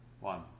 one